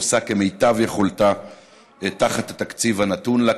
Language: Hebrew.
עושה כמיטב יכולתה בתקציב הנתון לה.